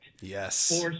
yes